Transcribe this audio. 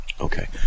Okay